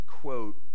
quote